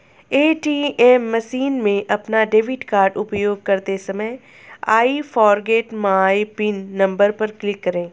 ATM machine में अपना debit card उपयोग करते समय I forget my pin number पर क्लिक करें